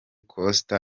coaster